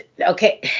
Okay